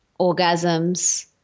orgasms